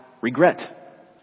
regret